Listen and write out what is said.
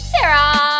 Sarah